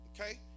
Okay